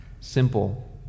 simple